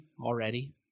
already